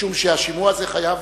משום שהשימוע הזה חייב